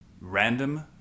Random